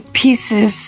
pieces